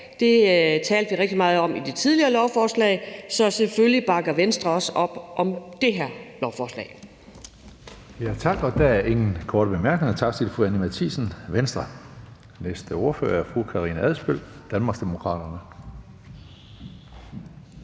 det talte vi rigtig meget om i forbindelse med det tidligere lovforslag. Så selvfølgelig bakker Venstre også op om det her lovforslag.